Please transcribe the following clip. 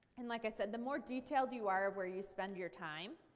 and, like i said, the more detailed you are of where you spend your time,